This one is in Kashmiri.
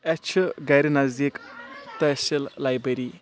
اسہِ چھِ گرِ نزدیک تحصیل لایبری